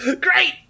Great